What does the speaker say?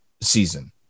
season